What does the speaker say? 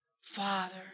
Father